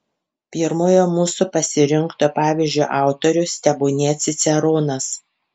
pirmojo mūsų pasirinkto pavyzdžio autorius tebūnie ciceronas